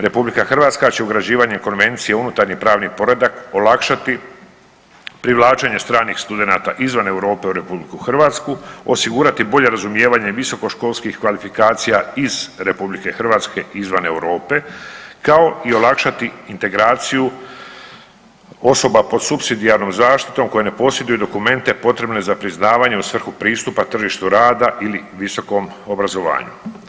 RH će ugrađivanjem Konvencije u unutarnji pravni poredak olakšati privlačenje stranih studenata izvan Europe u RH, osigurati bolje razumijevanje visoko školskih kvalifikacija iz RH izvan Europe kao i olakšati integraciju osoba pod supsidijarnom zaštitom koja ne posjeduje dokumente potrebne za priznavanje u svrhu pristupa tržištu rada ili visokom obrazovanju.